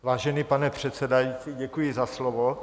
Vážený pane předsedající, děkuji za slovo.